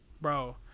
Bro